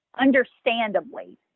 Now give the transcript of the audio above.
understandably